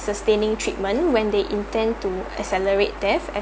sustaining treatment when they intend to accelerate death